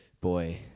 boy